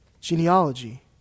Genealogy